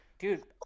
Dude